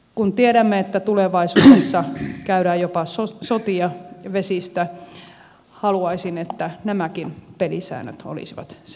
kun tiedämme että tulevaisuudessa käydään jopa sotia vesistä haluaisin että nämäkin pelisäännöt olisivat selvät